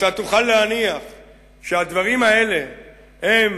אם אתה תרצה להניח שהדברים האלה הם